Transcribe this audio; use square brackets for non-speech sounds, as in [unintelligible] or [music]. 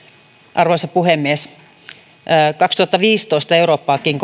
arvoisa puhemies kaksituhattaviisitoista eurooppaankin [unintelligible]